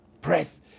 Breath